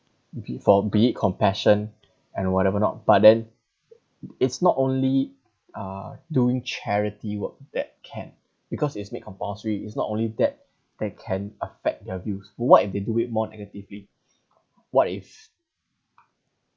for be it compassion and whatever not but then it's not only uh doing charity work that can because it's made compulsory it's not only that that can affect their views what if they do it more negatively what if